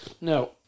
No